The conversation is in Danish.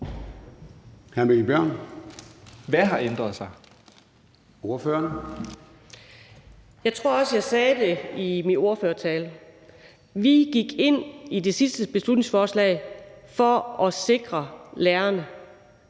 Anni Matthiesen (V): Jeg tror også, at jeg sagde det i min ordførertale: Vi var med på det sidste beslutningsforslag for at sikre lærerne